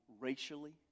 racially